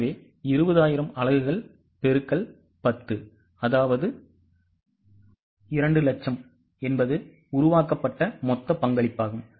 எனவே 20000 அலகுகள் X 10 அதாவது 200000 என்பது உருவாக்கப்பட்ட மொத்த பங்களிப்பாகும்